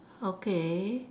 okay